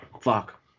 fuck